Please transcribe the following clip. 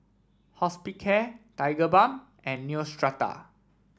Hospicare Tigerbalm and Neostrata